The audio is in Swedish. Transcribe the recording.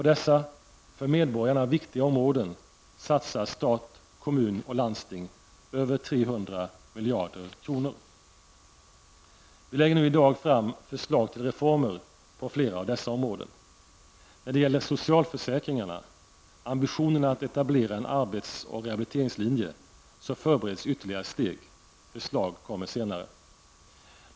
På dessa för medborgarna viktiga områden satsar stat, kommun och landsting över 300 miljarder kronor. Vi lägger nu i dag fram förslag till reformer på flera av dessa områden. När det gäller socialförsäkringarna, ambitionerna att etablera en arbets och rehabiliteringslinje, så förbereds ytterligare steg. Förslag kommer senare.